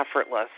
effortless